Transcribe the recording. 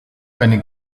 eine